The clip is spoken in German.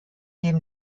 dem